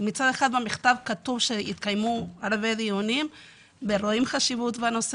כי מצד אחד במכתב כתוב שהתקיימו הרבה דיונים ורואים חשיבות בנושא